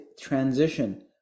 transition